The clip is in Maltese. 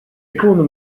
ikunu